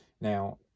Now